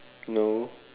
no